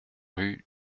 rue